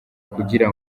kugira